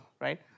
right